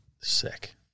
Sick